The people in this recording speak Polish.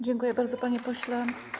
Dziękuję bardzo, panie pośle.